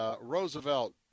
Roosevelt